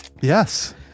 yes